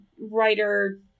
writer